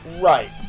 Right